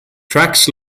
tracks